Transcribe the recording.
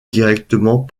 directement